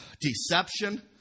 Deception